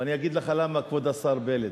ואני אגיד לך למה, כבוד השר פלד,